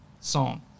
song